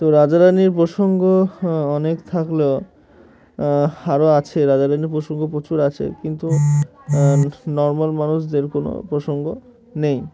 তো রাজারানির প্রসঙ্গ অনেক থাকলেও আরও আছে রাজারানির প্রসঙ্গ প্রচুর আছে কিন্তু নর্মাল মানুষদের কোনো প্রসঙ্গ নেই